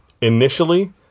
initially